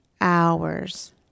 hours